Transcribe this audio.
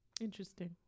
Interesting